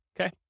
Okay